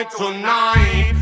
tonight